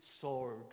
sword